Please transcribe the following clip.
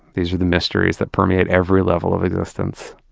these are the mysteries that permeate every level of existence,